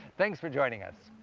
thanks for joining us.